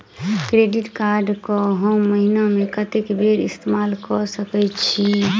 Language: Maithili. क्रेडिट कार्ड कऽ हम महीना मे कत्तेक बेर इस्तेमाल कऽ सकय छी?